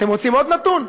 אתם רוצים עוד נתון?